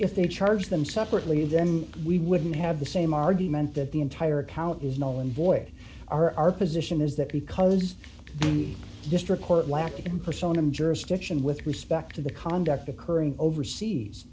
if they charged them separately then we wouldn't have the same argument that the entire account is nolan voided our position is that because the district court lackey can push on them jurisdiction with respect to the conduct occurring overseas